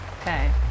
Okay